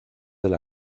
del